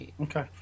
Okay